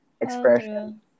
expression